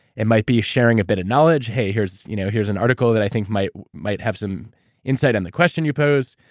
it might be sharing a bit of knowledge, hey, here's you know here's an article that i think might might have some insight on the question you posed.